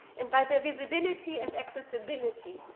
and by their visibility and accessibility,